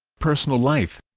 personal life